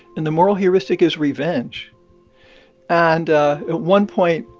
and the moral heuristic is revenge and at one point,